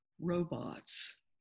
robots